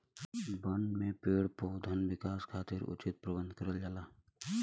बन में पेड़ पउधन विकास खातिर उचित प्रबंध करल जाला